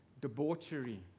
debauchery